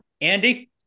andy